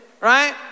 right